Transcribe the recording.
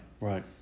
right